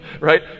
right